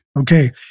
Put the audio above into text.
okay